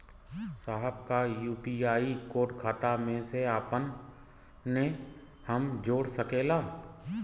साहब का UPI code खाता से अपने हम जोड़ सकेला?